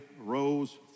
rose